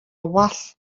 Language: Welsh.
wallt